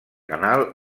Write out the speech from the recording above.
canal